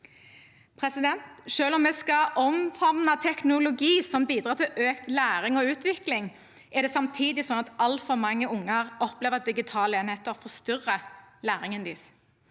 formålet. Selv om vi skal omfavne teknologi som bidrar til økt læring og utvikling, er det samtidig sånn at altfor mange unger opplever at digitale enheter forstyrrer læringen deres.